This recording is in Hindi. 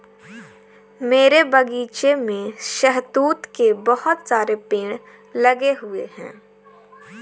मेरे बगीचे में शहतूत के बहुत सारे पेड़ लगे हुए हैं